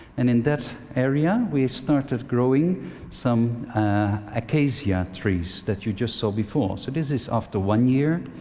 and in that area we started growing some acacia trees that you just saw before. so this is after one year.